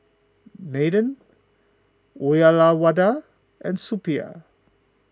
Nathan Uyyalawada and Suppiah